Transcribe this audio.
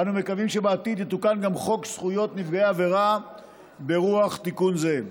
אנו מקווים שבעתיד יתוקן גם חוק זכויות נפגעי עבירה ברוח זו.